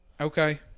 Okay